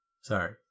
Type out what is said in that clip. Sorry